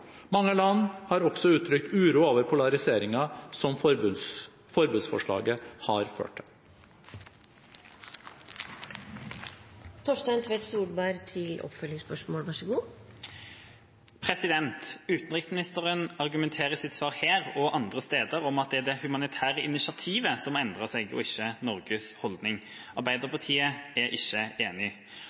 Mange land har også uttrykt uro over polariseringen som forbudsforslaget har ført til. Utenriksministeren argumenterer i sitt svar her og andre steder med at det er det humanitære initiativet som endrer seg, og ikke Norges holdning. Arbeiderpartiet er ikke enig.